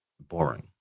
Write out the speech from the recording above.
boring